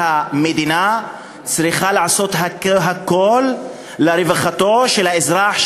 שהמדינה צריכה לעשות הכול לרווחתו של האזרח,